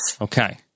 okay